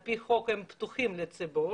על פי חוק הישיבות פתוחות לציבור,